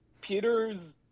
Peter's